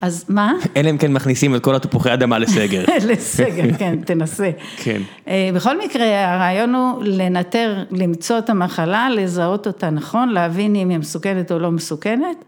אז מה? אין, הם כן מכניסים את כל התפוחי אדמה לסגר. לסגר, כן, תנסה. כן. בכל מקרה, הרעיון הוא לנטר, למצוא את המחלה, לזהות אותה נכון, להבין אם היא מסוכנת או לא מסוכנת.